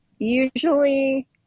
Usually